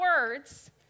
words